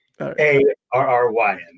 A-R-R-Y-N